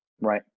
Right